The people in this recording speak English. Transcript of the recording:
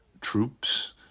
troops